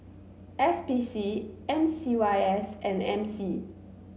S P C M C Y S and M C